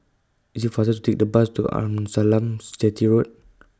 IT IS faster to Take The Bus to Arnasalam Chetty Road